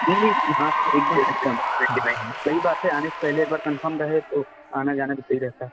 नहीं नहीं हाँ एक बार देखता हूँ हाँ हाँ सही बात है आने से पहले एक बार कन्फर्म रहे तो आना जाना भी सही रहता है